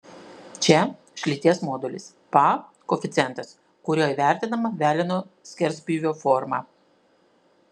čia šlyties modulis pa koeficientas kuriuo įvertinama veleno skerspjūvio forma